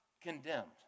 condemned